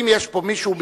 אם יש פה מישהו,